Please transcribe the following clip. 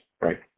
right